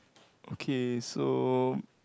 okay so